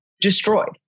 destroyed